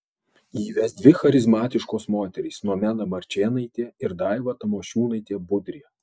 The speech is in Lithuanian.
jį ves dvi charizmatiškos moterys nomeda marčėnaitė ir daiva tamošiūnaitė budrė